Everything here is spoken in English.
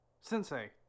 Sensei